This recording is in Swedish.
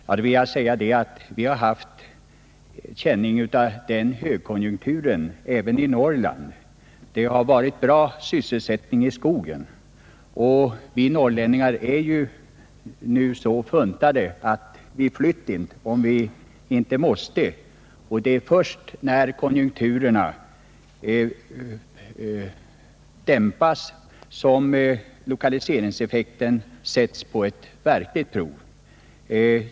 Till det vill jag säga att vi haft känning av högkonjunkturen även i Norrland. Det har varit bra sysselsättning i skogen. Vi norrlänningar är ju nu en gång så funtade att flytt int» om vi inte måste, och nu har vi haft arbeten. Det är därför först när konjunkturerna dämpas som lokaliseringsinsatsen sätts på . verkligt prov.